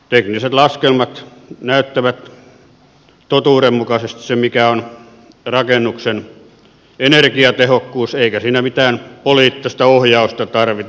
tekniset laskelmat näyttävät totuudenmukaisesti sen mikä on rakennuksen energiatehokkuus eikä siinä mitään poliittista ohjausta tarvita